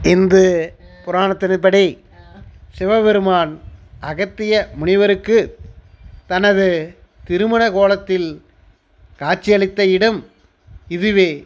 இந்து புராணத்தின்படி சிவபெருமான் அகத்திய முனிவருக்கு தனது திருமணக் கோலத்தில் காட்சியளித்த இடம் இதுவே